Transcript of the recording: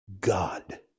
God